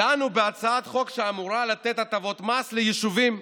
דנו בהצעת חוק שאמורה לתת הטבות מס ליישובים.